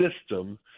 system